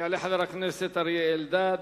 יעלה חבר הכנסת אריה אלדד,